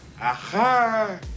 Aha